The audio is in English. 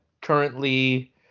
currently